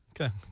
Okay